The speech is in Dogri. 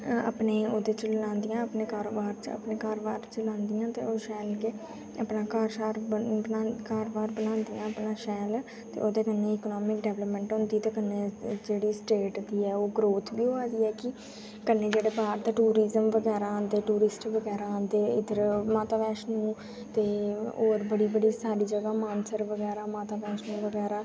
अपने ओह्दे च लांदियां अपने कारोवार च अपने कारोवार च लांदियां ते ओह् शैल गै अपना घर शाह्र बनांदियां घर बाह्र बनांदियां अपना शैल ते ओह्दे कन्नै इकनामिक डवैल्पमैंट होंदी ते कन्नै जेह्ड़ी स्टेट बी ऐ ओह् ग्रोथ बी होआ दी कि कन्नै जेह्ड़ा बाह्र दा टूरिजम बगैरा औंदे टूरिस्ट बगैरा औंदे इधर माता बैश्नो ते होर बड़ी बड़ी सारी जगह मानसर बगैरा माता बैश्नो बगैरा